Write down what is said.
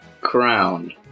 Crowned